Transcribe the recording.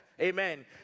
Amen